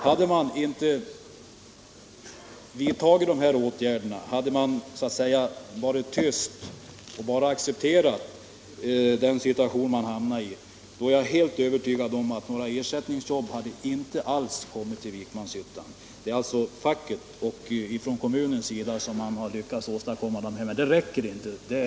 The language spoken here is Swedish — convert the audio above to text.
Hade man inte vidtagit dessa åtgärder utan bara tyst accepterat den uppkomna situationen, då är jag helt övertygad om att inga som helst ersättningsjobb hade förlagts till Vikmanshyttan. Det är alltså facket och kommunen som har lyckats åstadkomma dessa ersättningsjobb.